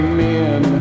men